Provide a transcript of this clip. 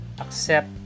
accept